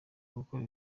gukora